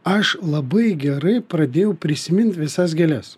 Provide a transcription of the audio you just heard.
aš labai gerai pradėjau prisimint visas gėles